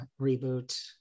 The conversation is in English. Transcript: reboot